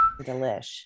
delish